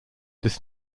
this